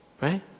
right